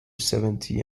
seventy